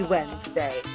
Wednesday